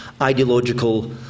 ideological